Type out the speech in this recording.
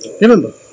remember